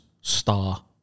star